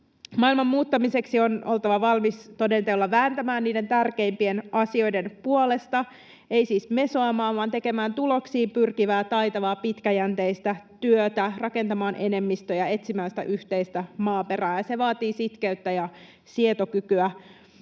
Maailman muuttamiseksi on oltava valmis toden teolla vääntämään tärkeimpien asioiden puolesta, ei siis mesoamaan vaan tekemään tuloksiin pyrkivää, taitavaa ja pitkäjänteistä työtä, rakentamaan enemmistöjä ja etsimään yhteistä maaperää, ja se vaatii sitkeyttä ja sietokykyä.